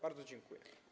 Bardzo dziękuję.